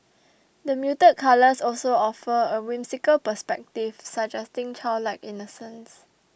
the muted colours also offer a whimsical perspective suggesting childlike innocence